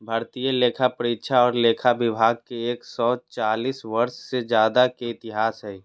भारतीय लेखापरीक्षा और लेखा विभाग के एक सौ चालीस वर्ष से ज्यादा के इतिहास हइ